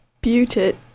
Beauty